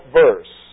verse